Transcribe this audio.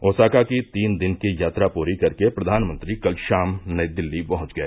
Osaka की तीन दिन की यात्रा पूरी करके प्रधानमंत्री कल शाम नई दिल्ली पहुंच गए